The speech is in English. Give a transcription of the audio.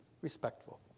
respectful